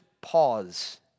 Pause